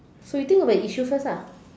so you think about the issue first ah